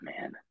man